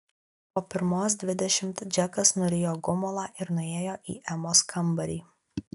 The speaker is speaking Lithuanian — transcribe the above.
po pirmos dvidešimt džekas nurijo gumulą ir nuėjo į emos kambarį